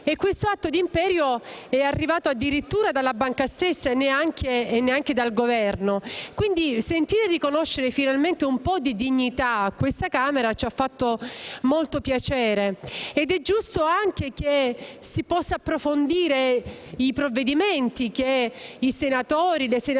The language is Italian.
E questo atto di imperio è arrivato addirittura dalla banca stessa, e neanche dal Governo. Quindi, sentir riconoscere finalmente un po' di dignità a questa Camera ci ha fatto molto piacere. È poi anche giusto che si possano approfondire il provvedimenti e che i senatori e le senatrici